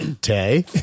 Tay